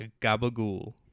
gabagool